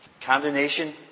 condemnation